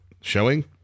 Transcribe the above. showing